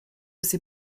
ses